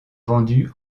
vendu